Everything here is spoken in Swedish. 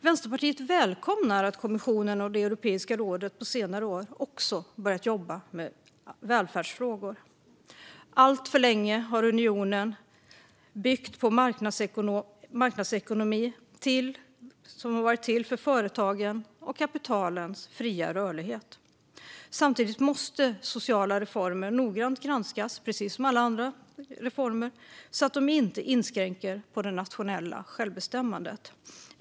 Vänsterpartiet välkomnar att kommissionen och Europeiska rådet på senare år också börjat jobba med välfärdsfrågor. Alltför länge har unionen byggt på en marknadsekonomi som har varit till för företagens och kapitalets fria rörlighet. Samtidigt måste sociala reformer noggrant granskas - precis som alla andra reformer - så att de inte inskränker det nationella självbestämmandet.